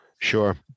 Sure